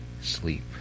sleep